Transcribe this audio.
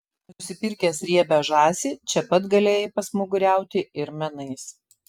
nusipirkęs riebią žąsį čia pat galėjai pasmaguriauti ir menais